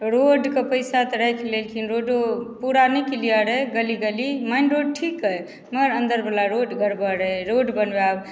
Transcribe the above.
रोडके पैसा तऽ राखि लेलखिन रोडो पूरा नहि क्लियर अइ गली गली मेन रोड ठीक अइ मगर अन्दरवला रोड गड़बड़ अइ रोड बनबायब